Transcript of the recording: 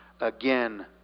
again